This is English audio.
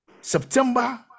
September